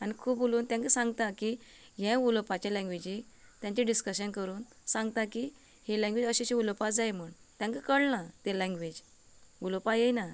आनी खूब उलोवन तेंकां सांगता की हें उलोवपाचे लॅंग्वेजी तेंचे डिस्कशन करून सांगता की ही लॅंग्वेज अशी अशी उलोवपा जाय म्हणू तेंकां कळना ती लॅंग्वेज उलोवपा येयना